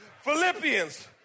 Philippians